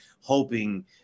hoping